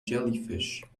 jellyfish